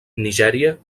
nigèria